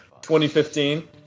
2015